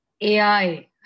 AI